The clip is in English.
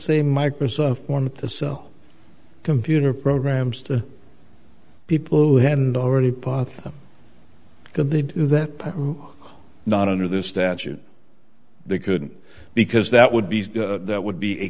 say microsoft wanted to sell computer programs to people who hadn't already part because they do that not under the statute they couldn't because that would be that would be a